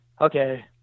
Okay